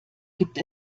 gibt